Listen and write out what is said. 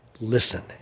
listen